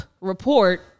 report